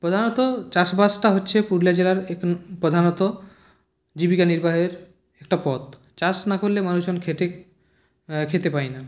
প্রধানত চাষবাসটা হচ্ছে পুরুলিয়া জেলের এখন প্রধানত জীবিকা নির্বাহের একটা পথ চাষ না করলে মানুষজন খেটে খেতে পায় না